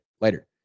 Later